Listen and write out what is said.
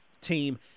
team